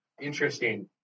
Interesting